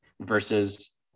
versus